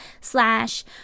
slash